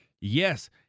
Yes